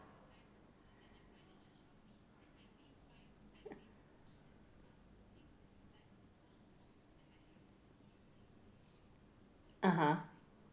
(uh huh)